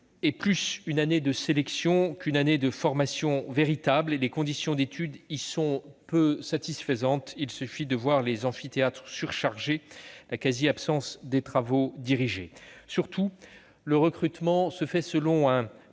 est plus une année de sélection qu'une année de formation véritable. Les conditions d'études y sont peu satisfaisantes- amphithéâtres surchargés, quasi-absence de travaux dirigés ... Surtout, le recrutement se fait selon un